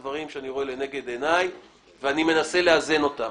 לנגד עיניי ואני מנסה לאזן ביניהם.